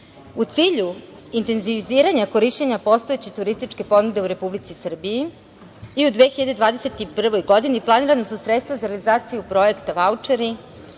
cilju intenziviranja korišćenja postojeće turističke ponude u Republici Srbiji i u 2021. godini planirana su sredstva za realizaciju projekta vaučeri